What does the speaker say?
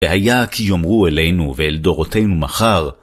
והיה כי יאמרו אלינו ואל דורותינו מחר